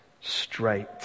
straight